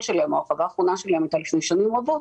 שלהם או ההרחבה האחרונה שלהם הייתה לפני שנים רבות,